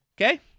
Okay